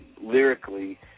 lyrically